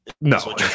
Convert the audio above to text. No